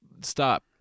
stop